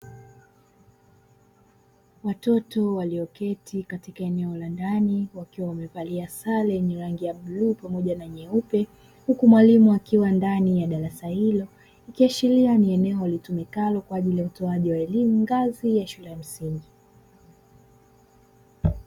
Watoto walioketi katika eneo la ndani, wakiwa wamevalia sare ni rangi ya bluu pamoja na nyeupe. Huku mwalimu akiwa ndani ya darasa hilo. Ikiasharia ni eneo litumikalo kwa ajili ya utoaji wa elimu, ngazi ya shule ya msingi.